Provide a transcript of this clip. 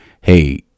hey